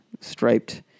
striped